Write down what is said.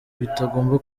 bitagomba